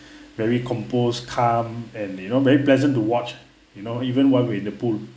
very composed calm and you know very pleasant to watch you know even we're in the pool